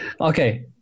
Okay